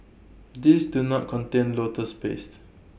these do not contain lotus paste